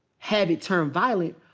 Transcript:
have it turn violent,